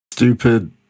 Stupid